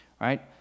right